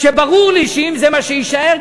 שברור לי שאם זה מה שיישאר,